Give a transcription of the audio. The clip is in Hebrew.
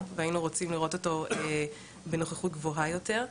והיינו רוצים לראות אותו בנוכחות גבוהה יותר.